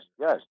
yes